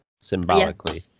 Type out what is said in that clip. symbolically